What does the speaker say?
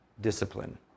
discipline